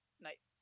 nice